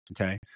okay